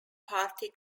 party